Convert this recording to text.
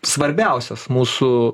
svarbiausias mūsų